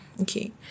okay